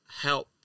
help